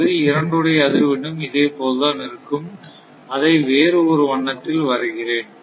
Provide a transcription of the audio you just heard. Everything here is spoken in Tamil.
பகுதி 2 உடைய அதிர்வெண்ணும் இதே போல் தான் இருக்கும் அதை வேறு ஒரு வண்ணத்தில் வரைகிறேன்